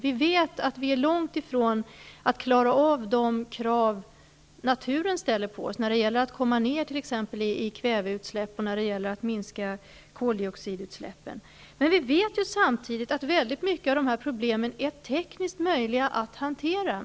Vi vet att vi är långtifrån att klara av de krav naturen ställer på oss när det gäller att få ner t.ex. kväveutsläppen och koldioxidutsläppen. Samtidigt vet vi att mycket av dessa problem är tekniskt möjliga att hantera.